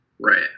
Right